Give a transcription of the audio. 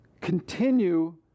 continue